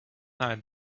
night